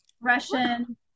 Russian